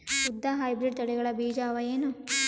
ಉದ್ದ ಹೈಬ್ರಿಡ್ ತಳಿಗಳ ಬೀಜ ಅವ ಏನು?